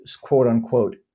quote-unquote